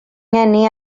ngeni